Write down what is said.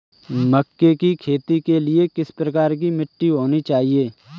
मक्के की खेती के लिए किस प्रकार की मिट्टी होनी चाहिए?